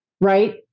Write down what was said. Right